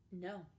No